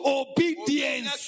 obedience